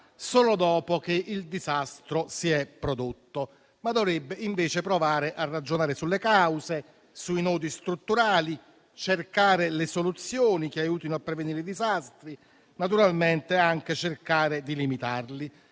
solo dopo che il disastro si è prodotto, ma dovrebbe invece provare a ragionare sulle cause, sui nodi strutturali cercando le soluzioni che aiutino a prevenire i disastri, e naturalmente anche cercando di limitarli.